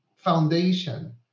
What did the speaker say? foundation